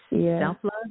self-love